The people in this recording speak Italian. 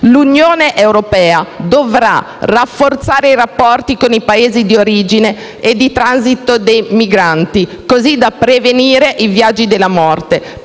L'Unione europea dovrà rafforzare i rapporti con i Paesi di origine e di transito dei migranti, così da prevenire i viaggi della morte.